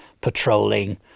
patrolling